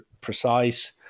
precise